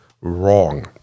wrong